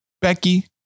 Becky